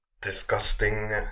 disgusting